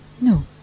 No